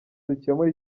dukemura